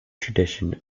tradition